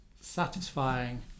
satisfying